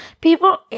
People